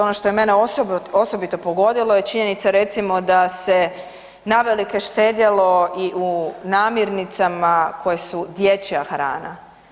Ono što je mene osobito pogodilo je činjenica recimo da se navelike štedjelo i u namirnicama koje su dječja hrana.